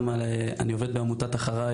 אני עובד בעמותת "אחריי".